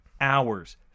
hours